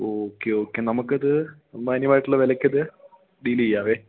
okay okay നമുക്കത് മാന്യമായിട്ടുള്ള വിലയ്ക്ക് അത് ഡീല് ചെയ്യാമേ